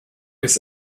ist